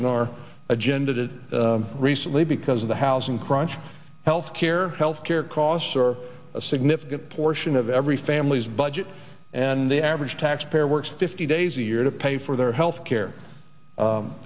in our agenda did recently because of the housing crunch health care health care costs or a significant portion of every family's budget and the average taxpayer works fifty days a year to pay for their health care